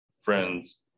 friends